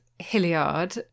Hilliard